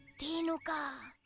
dhenuka!